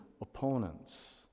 opponents